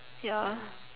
ya